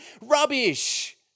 Rubbish